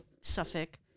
Suffolk